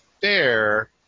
fair